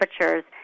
temperatures